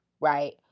right